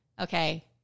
Okay